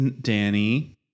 Danny